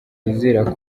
yizera